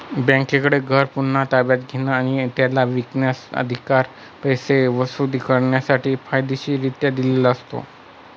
बँकेकडे घर पुन्हा ताब्यात घेणे आणि त्याला विकण्याचा, अधिकार पैसे वसूल करण्यासाठी कायदेशीररित्या दिलेला असतो